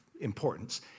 importance